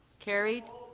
carried.